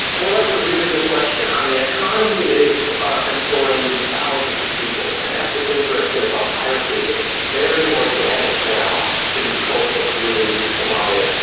well that's a really good question. on the economy, it is employing thousands of people, and that's what's interesting and about piracy, it's very organic now to these coastal communities of somalia.